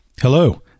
hello